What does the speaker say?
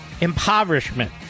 impoverishment